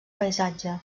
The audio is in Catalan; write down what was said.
paisatge